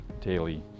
daily